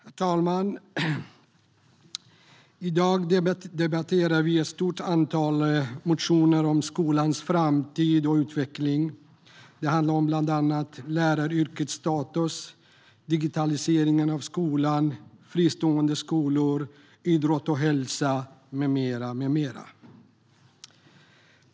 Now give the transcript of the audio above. Herr talman! I dag debatterar vi ett stort antal motioner om skolans framtid och utveckling. Det handlar bland annat om läraryrkets status, digitaliseringen av skolan, fristående skolor, idrott och hälsa med mera.